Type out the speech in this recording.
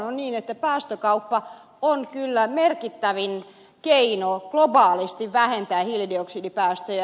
on niin että päästökauppa on kyllä merkittävin keino globaalisti vähentää hiilidioksidipäästöjä